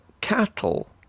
cattle